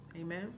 amen